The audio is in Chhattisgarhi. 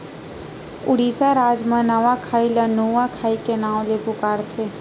उड़ीसा राज म नवाखाई ल नुआखाई के नाव ले पुकारथे